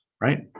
right